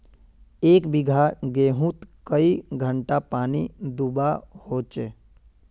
एक बिगहा गेँहूत कई घंटा पानी दुबा होचए?